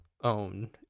own